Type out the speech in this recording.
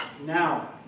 now